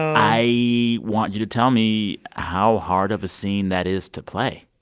i want you to tell me how hard of a scene that is to play.